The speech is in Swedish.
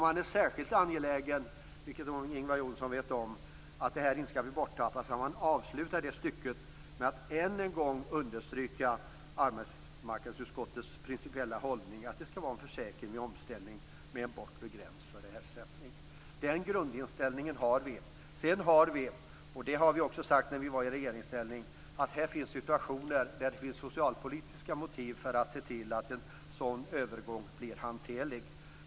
Man är särskilt angelägen, vilket Ingvar Johnsson känner till, om att det här inte skall bli borttappat och avslutar därför det stycket med att än en gång understryka arbetsmarknadsutskottets principiella hållning, nämligen att det skall vara en försäkring vid omställning med en bortre gräns för ersättning. Den grundinställningen har vi. Sedan har vi sagt, också i regeringsställning, att det finns situationer då det finns socialpolitiska motiv för att se till att en sådan övergång bli hanterlig.